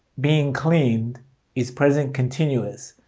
being cleaned is present continuous.